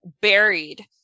buried